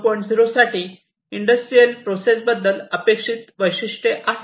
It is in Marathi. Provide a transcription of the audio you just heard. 0 साठी इंडस्ट्रियल प्रोसेस बद्दल अपेक्षित वैशिष्ट्ये आहेत